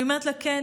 אני אומרת לה: כן.